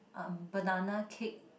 um banana cake